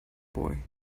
boy